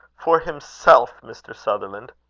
for himself, mr. sutherland!